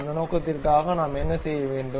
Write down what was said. அந்த நோக்கத்திற்காக நாம் என்ன செய்ய வேண்டும்